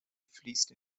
fließt